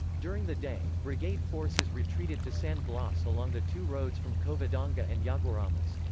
during the day, brigade forces retreated to san blas along the two roads from covadonga and yaguaramas.